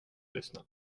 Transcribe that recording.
lyssna